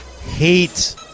hate